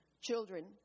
children